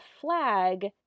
flag